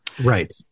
Right